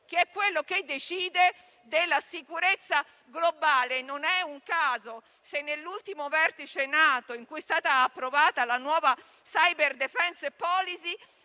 (*cyber)*, che decide della sicurezza globale. Non è un caso se nell'ultimo vertice NATO, in cui è stata approvata la nuova *cyber defense policy*,